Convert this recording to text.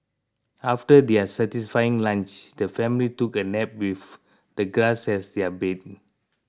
after their satisfying lunch the family took a nap with the grass as their bed